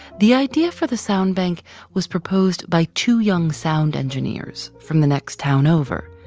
the idea for the sound bank was proposed by two young sound engineers from the next town over,